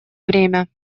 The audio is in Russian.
время